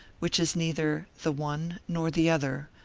which is neither the one nor the other,